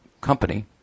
company